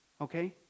Okay